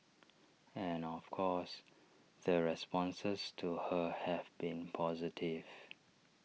and of course the responses to her have been positive